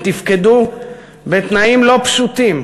הם תפקדו בתנאים לא פשוטים